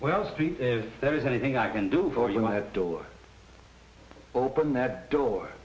well street is there is anything i can do for you my door open that door